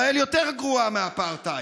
ישראל יותר גרועה מאפרטהייד.